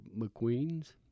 McQueen's